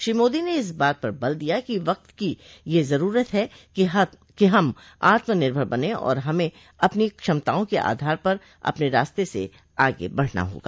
श्री मोदी ने इस बात पर बल दिया कि वक्त की यह जरूरत है कि हम आत्म निर्भर बनें और हमें अपनी क्षमताओं के आधार पर अपने रास्ते से आगे बढ़ना होगा